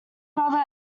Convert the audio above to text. brother